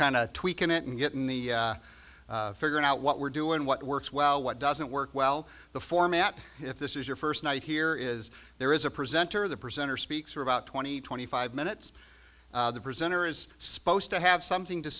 of tweaking it and getting the figure out what we're doing what works well what doesn't work well the format if this is your first night here is there is a presenter the presenter speaks for about twenty twenty five minutes the presenter is supposed to have something to